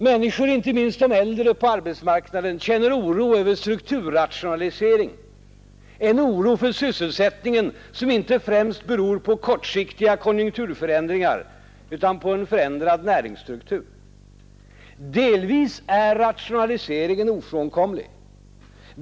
Människor, inte minst de äldre på arbetsmarknaden, känner oro över strukturrationaliseringen, en oro för sysselsättningen som inte främst beror på kortsiktiga konjunkturförändringar utan på en förändrad näringsstruktur. Delvis är rationaliseringen ofrånkomlig.